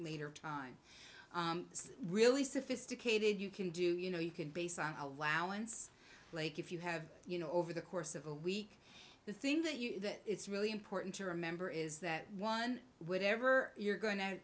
later time is really sophisticated you can do you know you can based on allowance like if you have you know over the course of a week the thing that you that it's really important to remember is that one whatever you're go